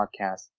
podcast